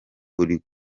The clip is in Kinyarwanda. uri